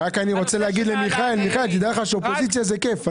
אני רוצה להביע תמיכה בעניין הזה.